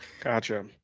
Gotcha